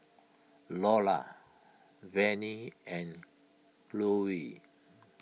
Lolla Vannie and Chloe